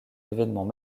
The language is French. événements